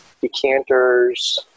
decanters